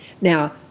Now